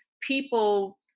people